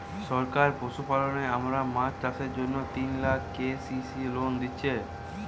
সরকার পশুপালন আর মাছ চাষের জন্যে তিন লাখ কে.সি.সি লোন দিচ্ছে